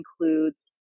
includes